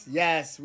yes